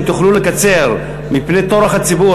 אם תוכלו לקצר מפני טורח הציבור.